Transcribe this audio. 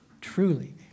truly